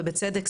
ובצדק,